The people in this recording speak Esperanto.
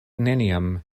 neniam